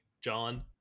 John